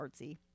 artsy